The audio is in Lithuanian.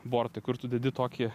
bortai kur tu dedi tokį